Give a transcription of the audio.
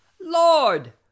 Lord